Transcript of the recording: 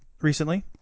recently